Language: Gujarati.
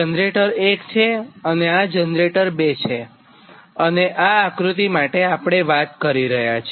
આ જનરેટર 1 અને આ જનરેટર 2 છે અને આ આકૃતિ માટે આપણે વાત કરી રહ્યા છે